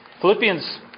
Philippians